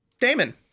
Damon